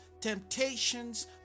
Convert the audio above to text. temptations